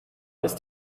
ist